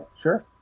sure